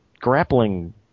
grappling